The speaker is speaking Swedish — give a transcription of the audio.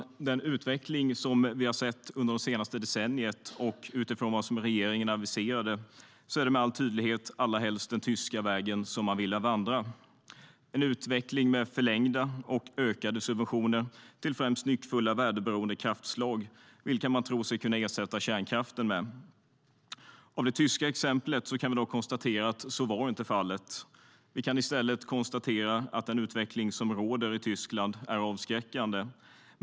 Utifrån den utveckling vi har sett under det senaste decenniet och utifrån vad regeringen aviserade är det med all tydlighet den tyska vägen man vill vandra. Det är en utveckling med förlängda och ökade subventioner till främst nyckfulla väderberoende kraftslag som man tror sig kunna ersätta kärnkraften med. Av det tyska exemplet kan vi dock konstatera att så inte var fallet. Vi kan i stället konstatera att den utveckling som råder i Tyskland är avskräckande.